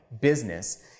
business